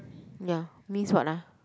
ya means what ah